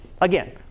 Again